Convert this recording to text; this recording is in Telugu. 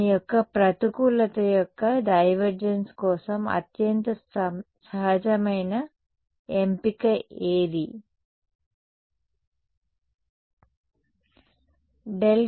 దాని యొక్క ప్రతికూలత యొక్క డైవర్జెన్స్ కోసం అత్యంత సహజమైన ఎంపిక ఏది ∇